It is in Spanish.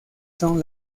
son